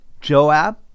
Joab